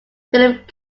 philip